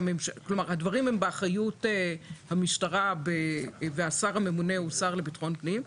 שהדברים הם באחריות המשטרה והשר הממונה הוא השר לביטחון פנים,